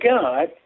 God